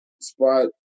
spot